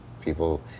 people